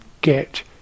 get